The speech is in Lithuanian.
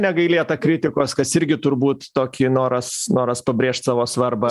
negailėta kritikos kas irgi turbūt tokį noras noras pabrėžt savo svarbą